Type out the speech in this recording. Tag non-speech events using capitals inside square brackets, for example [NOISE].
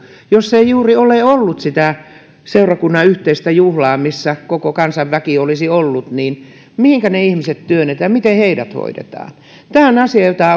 jos ei juuri ole ollut sitä seurakunnan yhteistä juhlaa missä koko kansan väki olisi ollut niin mihinkä ne ihmiset työnnetään miten heidät hoidetaan tämä [UNINTELLIGIBLE]